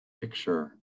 picture